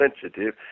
sensitive